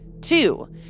Two